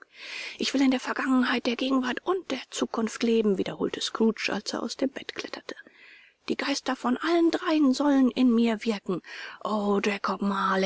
ich will in der vergangenheit der gegenwart und der zukunft leben wiederholte scrooge als er aus dem bett kletterte die geister von allen dreien sollen in mir wirken o jakob marley